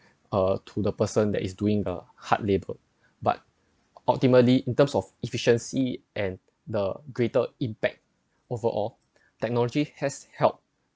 uh to the person that is doing the hard label but ultimately in terms of efficiency and the greater impact overall technology has helped